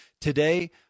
Today